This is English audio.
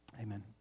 amen